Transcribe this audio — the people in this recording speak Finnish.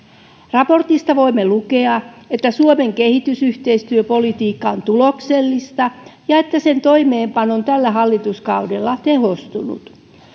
raportista voimme lukea että suomen kehitysyhteistyöpolitiikka on tuloksellista ja että sen toimeenpano on tällä hallituskaudella tehostunut